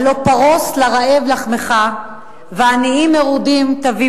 הלוא פרוס לרעב לחמך ועניים מרודים תביא